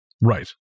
Right